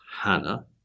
Hannah